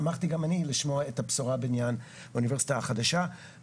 שמחתי גם אני לשמוע את הבשורה בעניין האוניברסיטה החדשה.